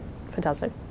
Fantastic